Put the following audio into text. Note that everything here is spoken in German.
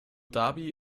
dhabi